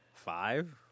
five